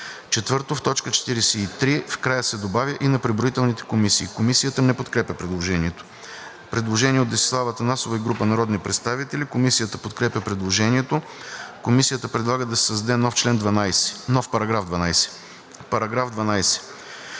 4. В т. 43 в края се добавя „и на преброителните комисии“.“ Комисията не подкрепя предложението. Предложение от Десислава Атанасова и група народни представители. Комисията подкрепя предложението. Комисията предлага да се създаде нов § 12: „§ 12.